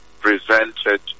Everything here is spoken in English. presented